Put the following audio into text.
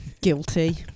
guilty